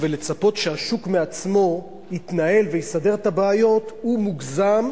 ולצפות שהשוק מעצמו יתנהל ויסדר את הבעיות הוא מוגזם,